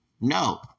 No